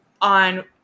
on